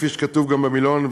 כפי שכתוב גם במילון,